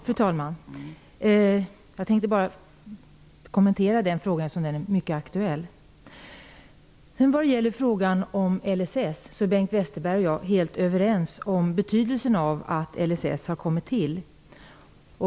Fru talman! Jag tänkte bara kommentera frågan om flyktingarna, eftersom den är mycket aktuell. Bengt Westerberg och jag är helt överens om betydelsen av att LSS har kommit till.